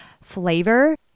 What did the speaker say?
flavor